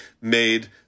made